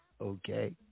Okay